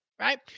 right